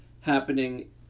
happening